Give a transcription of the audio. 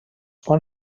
quan